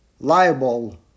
liable